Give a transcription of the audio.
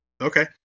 Okay